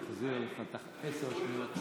אני אחזיר לך את עשר השניות.